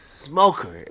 smoker